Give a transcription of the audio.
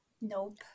Nope